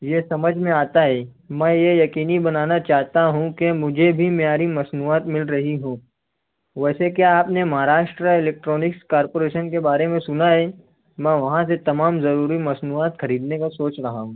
یہ سمجھ میں آتا ہے میں یہ یقینی بنانا چاہتا ہوں کہ مجھے بھی معیاری مصنوعات مل رہی ہوں ویسے کیا آپ نے مہاراشٹر الیکٹرانکس کارپوریشن کے بارے میں سنا ہے میں وہاں سے تمام ضروری مصنوعات خریدنے کا سوچ رہا ہوں